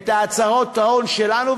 את הצהרות ההון שלנו,